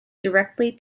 directly